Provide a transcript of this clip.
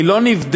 היא לא נבדקת,